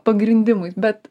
pagrindimui bet